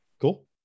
cool